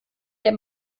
der